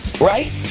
right